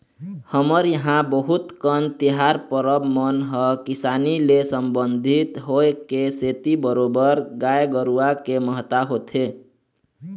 हमर इहाँ बहुत कन तिहार परब मन ह किसानी ले संबंधित होय के सेती बरोबर गाय गरुवा के महत्ता होथे